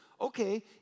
okay